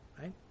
right